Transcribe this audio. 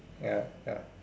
ya ya